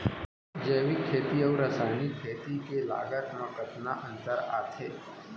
जैविक खेती अऊ रसायनिक खेती के लागत मा कतना अंतर आथे?